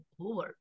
over